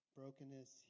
brokenness